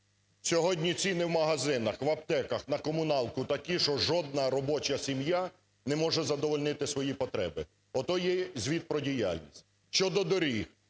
Сьогодні ціни в магазинах, в аптеках, на комуналку такі, що жодна робоча сім'я не може задовольнити свої потреби. Ото є звіт про діяльність. Щодо доріг.